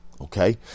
Okay